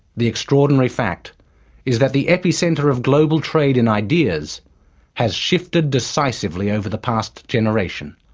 the extraordinary fact is that the epicentre of global trade in ideas has shifted decisively over the past generation,